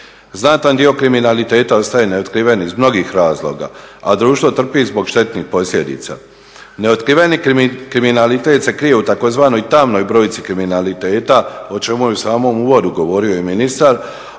Znatni dio kriminaliteta ostaje neotkriven iz mnogih razloga, a društvo trpi zbog štetnih posljedica. Neotkriveni kriminalitet se krije u tzv. tamnoj brojci kriminaliteta o čemu je i u samom uvodu govorio i ministar,